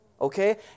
okay